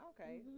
Okay